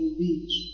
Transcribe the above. beach